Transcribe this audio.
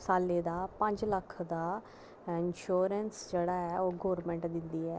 सालै दा पंज लक्ख दा इंश्योरेंस जेह्ड़ा ऐ ओह् गौरमेंट दिंदी ऐ